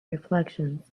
reflections